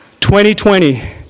2020